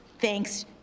thanks